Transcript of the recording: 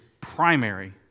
primary